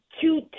two